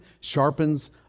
sharpens